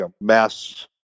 mass